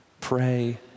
Pray